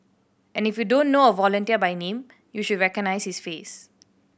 and if you don't know a volunteer by name you should recognise his face